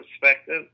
perspective